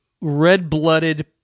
red-blooded